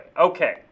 okay